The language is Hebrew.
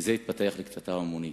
וזה התפתח לקטטה המונית.